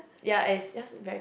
ya it is just very